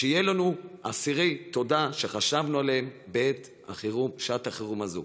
שיהיו אסירי תודה שחשבנו עליהם בשעת החירום הזאת.